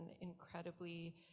incredibly